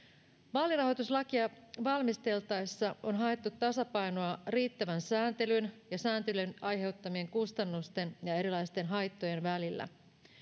vaalirahoituslakia valmisteltaessa on haettu tasapainoa riittävän sääntelyn ja sääntelyn aiheuttamien kustannusten ja erilaisten haittojen välillä